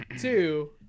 two